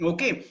Okay